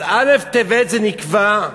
אז א' בטבת נקבע.